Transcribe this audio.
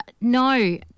No